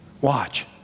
Watch